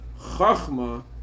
Chachma